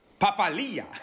Papalia